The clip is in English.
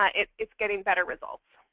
ah it's it's getting better results.